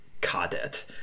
cadet